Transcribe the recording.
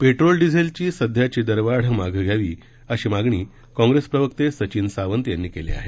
petrol डिझेलची सध्याची दरवाढ मागे घ्यावी अशी मागणी काँग्रेस प्रवक्ते सचिन सावंत यांनी केली आहे